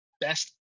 best